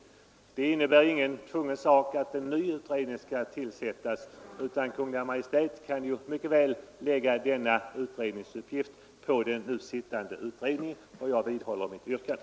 Det innebär inte nödvändigtvis att en ny utredning skall tillsättas, utan Kungl. Maj:t kan mycket väl lägga denna utredningsuppgift på nu sittande utredning. Jag vidhåller mitt yrkande.